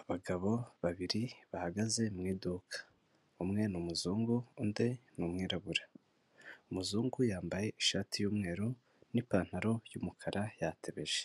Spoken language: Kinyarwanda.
Abagabo babiri bahagaze mu iduka umwe ni umuzungu undi ni umwirabura umuzungu yambaye ishati y'umweru n'ipantaro y'umukara yatebeje